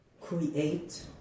create